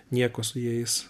nieko su jais